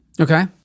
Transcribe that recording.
Okay